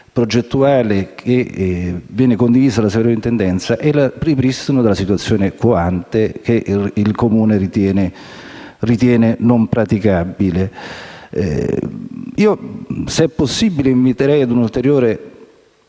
progettuale che viene condivisa dalla Soprintendenza è il ripristino della situazione *quo ante* che il Comune ritiene non praticabile. Se possibile inviterei a un ulteriore